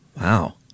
Wow